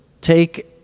take